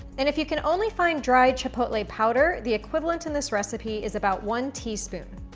and if you can only find dry chipotle powder, the equivalent in this recipe is about one teaspoon.